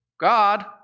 God